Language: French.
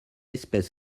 espèce